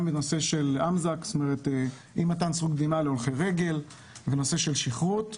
גם בנושא של אי מתן זכות קדימה להולכי רגל ונושא של שכרות,